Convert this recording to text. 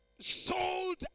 sold